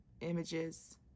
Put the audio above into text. Images